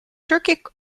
turkic